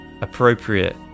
appropriate